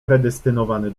predestynowany